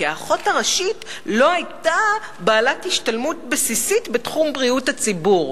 כי האחות הראשית לא היתה בעלת השתלמות בסיסית בתחום בריאות הציבור.